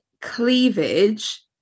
cleavage